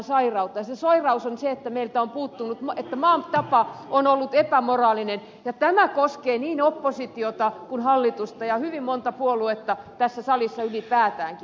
se sairaus on se että maan tapa on ollut epämoraalinen ja tämä koskee niin oppositiota kuin hallitusta ja hyvin monta puoluetta tässä salissa ylipäätäänkin